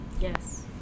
Yes